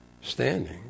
standing